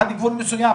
עד גבול מסוים.